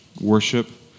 worship